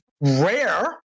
rare